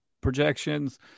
projections